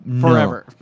forever